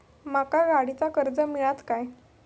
माका गाडीचा कर्ज मिळात काय?